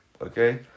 Okay